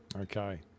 Okay